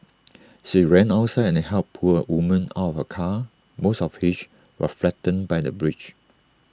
she ran outside and helped pull A woman out of her car most of which was flattened by the bridge